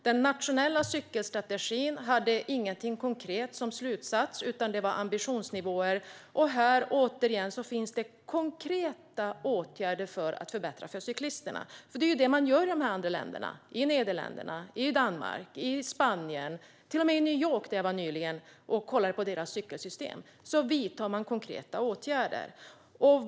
Den nationella cykelstrategin hade ingenting konkret som slutsats, utan det var ambitionsnivåer. Här finns det återigen konkreta åtgärder för att förbättra för cyklisterna. Det är vad man gör i andra länder som Nederländerna, Danmark och Spanien. Till och med i New York där jag var nyligen och tittade på deras cykelsystem vidtar man konkreta åtgärder.